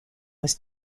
was